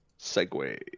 Segway